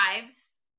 lives